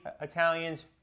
Italians